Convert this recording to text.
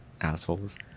Assholes